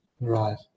right